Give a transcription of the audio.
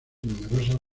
numerosas